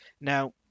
Now